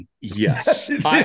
Yes